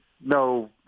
no